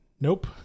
Nope